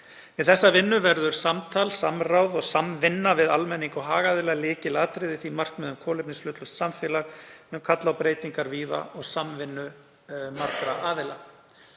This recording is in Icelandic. þessa vinnu verður samtal, samráð og samvinna við almenning og hagaðila lykilatriði því að markmið um kolefnishlutlaust samfélag mun kalla á breytingar víða og samvinnu aðila.